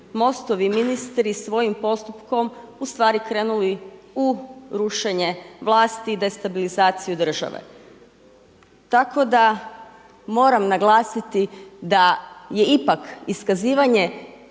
MOST-ovi ministri svojim postupkom krenuli u rušenje vlasti i destabilizaciju države. Tako da moram naglasiti da je ipak iskazivanje